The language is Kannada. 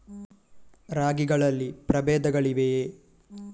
ರಾಗಿಗಳಲ್ಲಿ ಪ್ರಬೇಧಗಳಿವೆಯೇ?